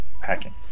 Hacking